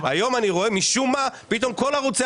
היום אני רואה משום מה פתאום כל ערוצי